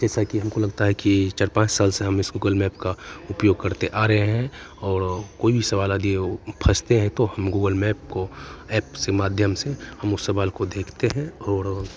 जैसा कि हमको लगता है कि चार पांच साल से हम इसको गूगल मैप का उपयोग करते आ रहे हैं और कोई भी सवाल यदि वो फंसते हैं तो हम गूगल मैप को एप से माध्यम से हम उस सवाल को देखते हैं और